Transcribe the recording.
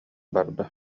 барда